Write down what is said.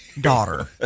daughter